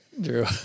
Drew